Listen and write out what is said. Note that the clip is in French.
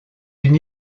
une